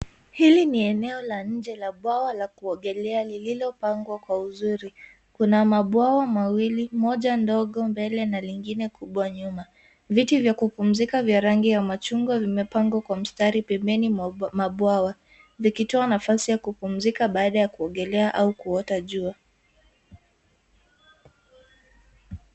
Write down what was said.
Hili ni eneo la nje la bwawa la kuogelea lililopangwa kwa uzuri. Kuna mabwawa mawili, moja ndogo mbele na lingine kubwa nyuma. Viti vya kupumzika vya rangi ya machungwa vimepangwa kwa mstari pembeni mwa mabwawa, vikitoa nafasi ya kupumzika baada ya kuogelea au kuota jua.